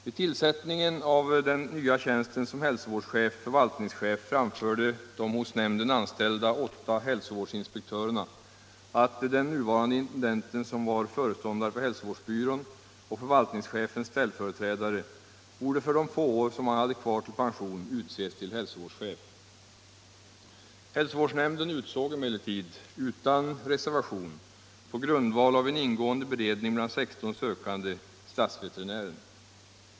Vid tillsättningen av den nya tjänsten som hälsovårdschef-förvaltningschef framförde de hos nämnden anställda åtta hälsovårdsinspektörerna att den nuvarande intendenten, som var föreståndare för hälsovårdsbyrån och förvaltningschefens ställföreträdare, borde för de få år som han hade kvar till pension utses till hälsovårdschef. Hälsovårdsnämnden utsåg emellertid — utan reservation — på grundval av en ingående beredning bland 16 sökande stadsveterinären.